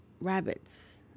rabbits